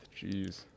Jeez